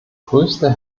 größte